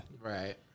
Right